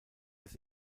des